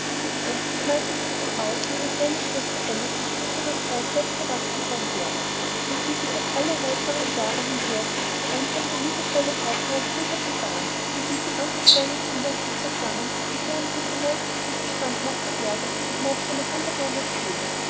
endlich malte sie sich aus wie ihre kleine schwester alice in späterer zeit selbst erwachsen sein werde und wie sie durch alle reiferen jahre hindurch das einfache liebevolle herz ihrer kindheit bewahren und wie sie andere kleine kinder um sich versammeln und deren blicke neugierig und gespannt machen werde mit manch einer wunderbaren erzählung